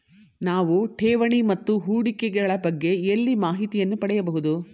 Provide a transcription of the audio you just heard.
ನಾವು ಠೇವಣಿ ಮತ್ತು ಹೂಡಿಕೆ ಗಳ ಬಗ್ಗೆ ಎಲ್ಲಿ ಮಾಹಿತಿಯನ್ನು ಪಡೆಯಬೇಕು?